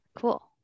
Cool